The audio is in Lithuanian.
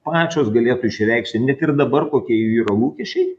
pačios galėtų išreikšti net ir dabar kokie yra lūkesčiai